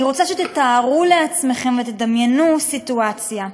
אני רוצה שתתארו לעצמכם, או תדמיינו סיטואציה: